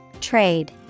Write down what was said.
Trade